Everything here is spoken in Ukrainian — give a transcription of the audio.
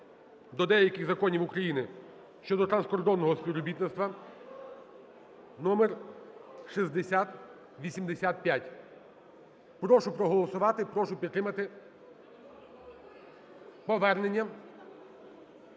до деяких законів України щодо транскордонного співробітництва (№ 6085). Прошу проголосувати, прошу підтримати повернення.